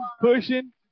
pushing